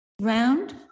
round